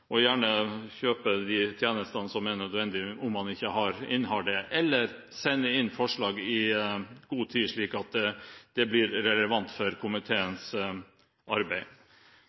og gjerne kjøpe de tjenestene som er nødvendige, om man ikke innehar dem, eller sende inn forslaget i god tid slik at det blir relevant for komiteens arbeid.